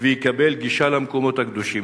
ויקבל גישה למקומות הקדושים.